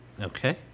Okay